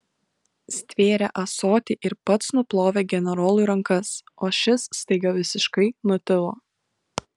stvėrė ąsotį ir pats nuplovė generolui rankas o šis staiga visiškai nutilo